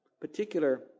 particular